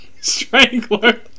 Strangler